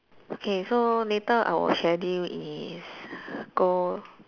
okay so later our schedule is go